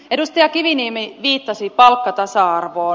edustaja kiviniemi viittasi palkkatasa arvoon